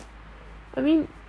I mean